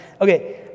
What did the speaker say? Okay